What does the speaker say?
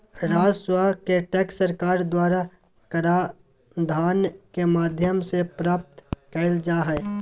राजस्व के टैक्स सरकार द्वारा कराधान के माध्यम से प्राप्त कइल जा हइ